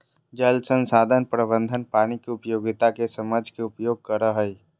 जल संसाधन प्रबंधन पानी के उपयोगिता के समझ के उपयोग करई हई